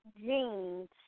jeans